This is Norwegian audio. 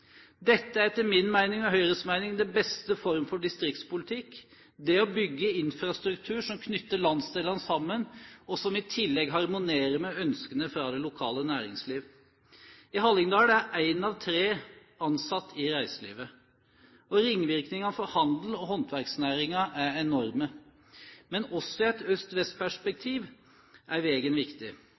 Dette er etter min og Høyres mening den beste form for distriktspolitikk: å bygge infrastruktur som knytter landsdelene sammen, som i tillegg harmonerer med ønskene fra det lokale næringsliv. I Hallingdal er en av tre ansatt i reiselivet. Ringvirkningene for handels- og håndverksnæringen er enorme. Men også i et øst–vest-perspektiv er veien viktig.